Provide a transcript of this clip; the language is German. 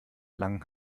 lang